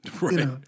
Right